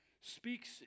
speaks